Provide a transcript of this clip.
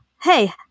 Hey